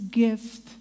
gift